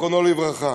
זיכרונו לברכה.